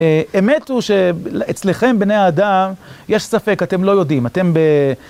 אמת הוא שאצלכם, בני האדם, יש ספק, אתם לא יודעים, אתם...